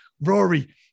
Rory